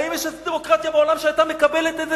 האם יש דמוקרטיה בעולם שהיתה מקבלת את זה,